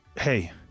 Hey